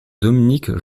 dominique